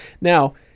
Now